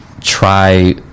try